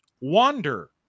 wander